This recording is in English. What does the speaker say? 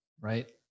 right